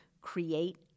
create